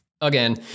again